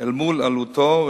אל מול עלותו,